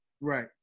Right